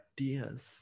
ideas